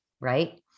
right